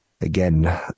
Again